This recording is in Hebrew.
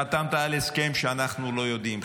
חתמת על הסכם שאנחנו לא יודעים,